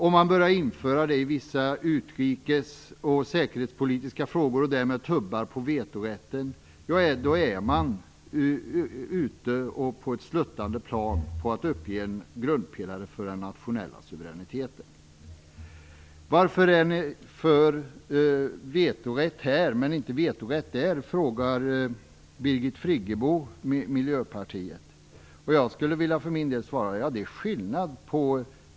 Om man börjar införa det i vissa utrikes och säkerhetspolitiska frågor, och därmed tubbar på vetorätten, är man ute på ett sluttande plan när det gäller att uppge en grundpelare för den nationella suveräniteten. Varför är ni för vetorätt här men inte där, frågar Birgit Friggebo Miljöpartiet. Jag skulle för min del vilja svara att det är skillnad.